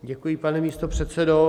Děkuji, pane místopředsedo.